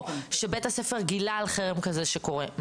או שבית הספר גילה על חרם כזה שקורה,